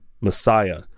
messiah